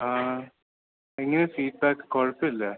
എങ്ങനെ ഫീഡ്ബാക്ക് കുഴപ്പമില്ല